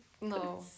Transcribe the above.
No